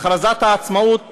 בהכרזת העצמאות